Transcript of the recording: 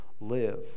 live